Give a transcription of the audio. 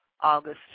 August